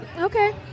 Okay